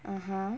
(uh huh)